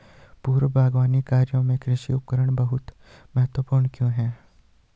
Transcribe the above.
पूर्व बागवानी कार्यों में कृषि उपकरण बहुत महत्वपूर्ण क्यों है?